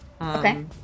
Okay